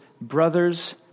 Brothers